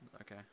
Okay